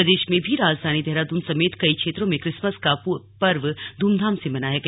प्रदेश में भी राजधानी देहरादून समेत कई क्षेत्रों में क्रिसमस का पर्व धूमधाम से मनाया गया